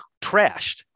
trashed